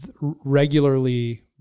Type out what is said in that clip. regularly